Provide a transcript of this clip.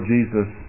Jesus